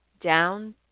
down